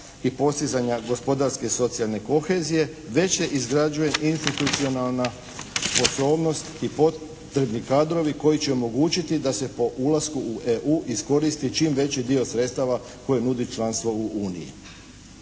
i postizanja gospodarske socijalne kohezije, već se izgrađuje institucionalna sposobnost i potrebni kadrovi koji će omogućiti da se po ulasku u EU iskoristi čim veći dio sredstava koje nudi članstvo u Uniji.